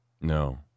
no